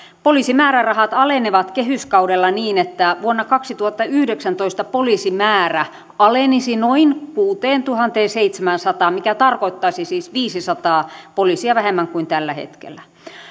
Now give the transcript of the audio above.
poliisimäärärahat alenevat kehyskaudella niin että vuonna kaksituhattayhdeksäntoista poliisimäärä alenisi noin kuuteentuhanteenseitsemäänsataan mikä tarkoittaisi siis viisisataa poliisia vähemmän kuin tällä hetkellä